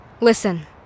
Listen